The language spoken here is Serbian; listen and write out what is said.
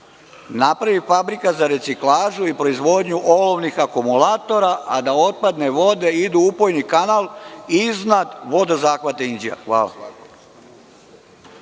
napravi fabrika za reciklažu i proizvodnju olovnih akumulatora, a da otpadne vode idu u upojni kanal iznad vodozahvata Inđija? Hvala.